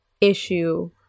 issue